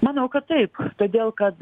manau kad taip todėl kad